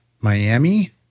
Miami